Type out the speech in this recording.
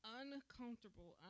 uncomfortable